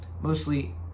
Mostly